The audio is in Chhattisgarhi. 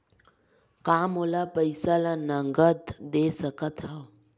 का मोला पईसा ला नगद दे सकत हव?